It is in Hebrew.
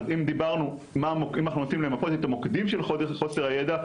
אז אם אנחנו רוצים למפות את המוקדים של חוסר הידע,